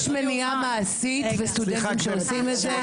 יש מניעה מעשית לסטודנטים שעושים את זה.